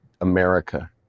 America